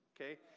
Okay